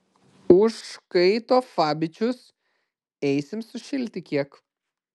užkaito fabičius eisim sušilti kiek